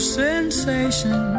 sensation